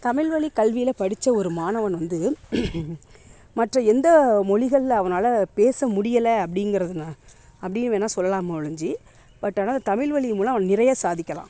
தமிழ் வழிக் கல்வியில் படித்த ஒரு மாணவன் வந்து மற்ற எந்த மொழிகள்ல அவனால் பேச முடியலை அப்படிங்கிறதனா அப்படினு வேணா சொல்லலாமே ஒழிஞ்சு பட் ஆனால் அந்த தமிழ் வழி மூலம் நிறைய சாதிக்கலாம்